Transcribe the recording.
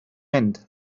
mynd